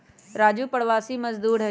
राजू प्रवासी मजदूर हई